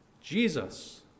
Jesus